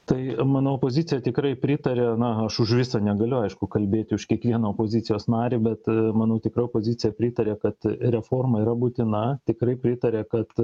tai manau opozicija tikrai pritarė na aš už visą negaliu aišku kalbėti už kiekvieno opozicijos narį bet manau tikrai opozicija pritaria kad reforma yra būtina tikrai pritaria kad